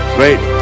great